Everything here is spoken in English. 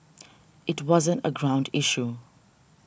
it wasn't a ground issue